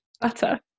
Butter